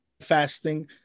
fasting